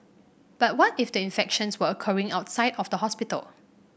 but what if the infections were occurring outside of the hospital